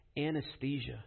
anesthesia